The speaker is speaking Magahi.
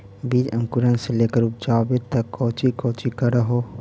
बीज अंकुरण से लेकर उपजाबे तक कौची कौची कर हो?